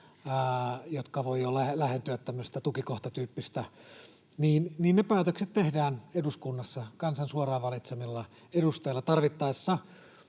jotka voivat jo lähentyä tämmöistä tukikohtatyyppistä, niin ne päätökset tehdään eduskunnassa, kansan suoraan valitsemilla edustajilla, tarvittaessa